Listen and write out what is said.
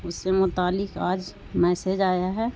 اس سے متعلق آج میسج آیا ہے